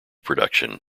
production